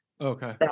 Okay